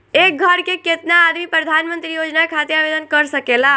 एक घर के केतना आदमी प्रधानमंत्री योजना खातिर आवेदन कर सकेला?